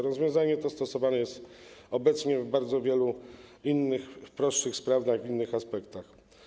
Rozwiązanie to stosowane jest obecnie w bardzo wielu innych, prostszych sprawach, innych aspektach.